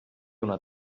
una